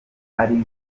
ari